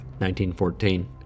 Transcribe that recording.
1914